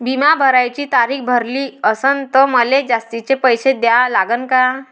बिमा भराची तारीख भरली असनं त मले जास्तचे पैसे द्या लागन का?